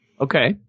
Okay